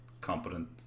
competent